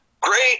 Great